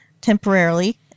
temporarily